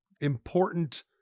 important